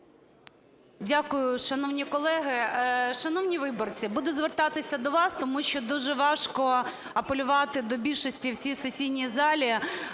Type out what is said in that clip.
Дякую, шановні колеги. Шановні виборці, буду звертатися до вас, тому що дуже важко апелювати до більшості в цій сесійній залі